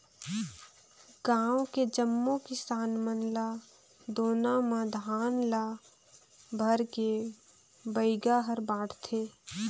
गांव के जम्मो किसान मन ल दोना म धान ल भरके बइगा हर बांटथे